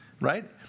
Right